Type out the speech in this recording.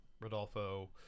Rodolfo